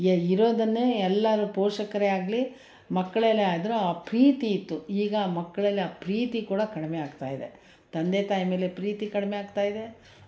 A ಇರೋದನ್ನೇ ಎಲ್ಲರೂ ಪೋಷಕರೇ ಆಗಲಿ ಮಕ್ಕಳೇ ಆದ್ರೂ ಆ ಪ್ರೀತಿ ಇತ್ತು ಈಗ ಆ ಮಕ್ಕಳಲ್ಲಿ ಆ ಪ್ರೀತಿ ಕೂಡ ಕಡಿಮೆ ಆಗ್ತಾಯಿದೆ ತಂದೆ ತಾಯಿ ಮೇಲೆ ಪ್ರೀತಿ ಕಡಿಮೆ ಆಗ್ತಾಯಿದೆ